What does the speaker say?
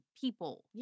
people